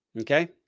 okay